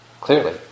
clearly